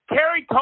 Kerry